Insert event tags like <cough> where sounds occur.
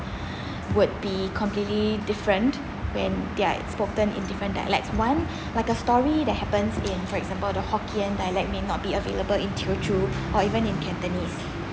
<breath> would be completely different when they're spoken in different dialects one like a story that happens in for example the hokkien dialect may not be available in teochew or even in cantonese